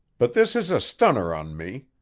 but this is a stunner on me.